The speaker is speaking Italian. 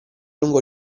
lungo